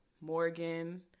Morgan